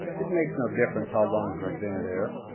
it makes no difference how long he's been there.